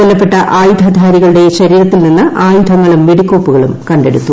കൊല്ലപ്പെട്ട ആയുധധാരികളുടെ ശരീരത്തിൽ നിന്ന് ആയുധങ്ങളും വെടിക്കോപ്പുകളും കണ്ടെടുത്തു